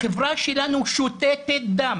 החברה שלנו שותתת דם.